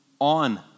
on